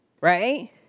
right